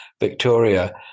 Victoria